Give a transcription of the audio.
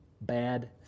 bad